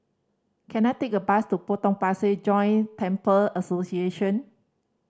can I take a bus to Potong Pasir Joint Temple Association